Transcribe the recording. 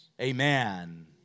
Amen